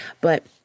but-